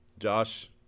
Josh